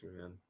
man